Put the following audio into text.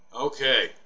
Okay